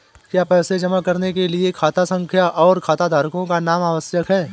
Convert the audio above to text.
क्या पैसा जमा करने के लिए खाता संख्या और खाताधारकों का नाम आवश्यक है?